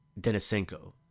Denisenko